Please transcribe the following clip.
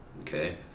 Okay